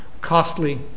costly